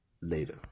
later